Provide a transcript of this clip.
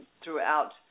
throughout